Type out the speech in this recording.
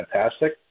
fantastic